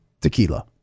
Tequila